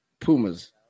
pumas